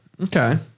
Okay